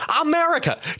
america